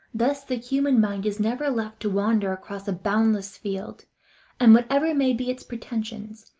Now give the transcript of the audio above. thus the human mind is never left to wander across a boundless field and, whatever may be its pretensions,